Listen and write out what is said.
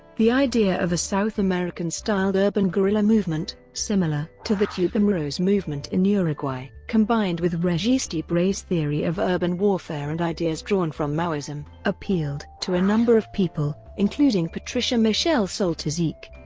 the idea of a south american-styled urban guerrilla movement, similar to the tupamaros movement in uruguay, combined with regis debray's theory of urban warfare and ideas drawn from maoism, appealed to a number of people, including patricia michelle soltysik.